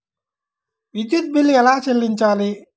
విద్యుత్ బిల్ ఎలా చెల్లించాలి?